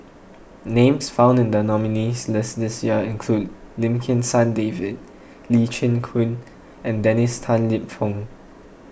names found in the nominees' list this year include Lim Kim San David Lee Chin Koon and Dennis Tan Lip Fong